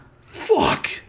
Fuck